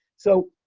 so